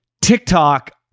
TikTok